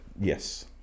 yes